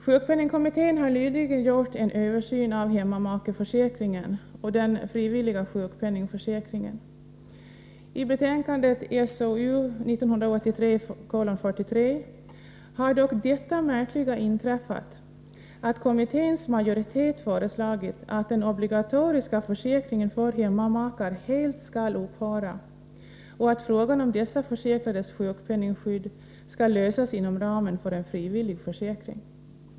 Sjukpenningkommittén har nyligen gjort en översyn av hemmamakeförsäkringen och den frivilliga sjukpenningförsäkringen. I betänkandet SOU 1983:43 har dock det märkliga inträffat att kommitténs majoritet föreslagit att den obligatoriska försäkringen för hemmamakar helt skall upphöra och att frågan om att dessa försäkrades sjukpenningskydd skall lösas inom ramen för en frivillig försäkring.